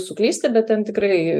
suklysti bet ten tikrai